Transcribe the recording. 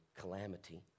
calamity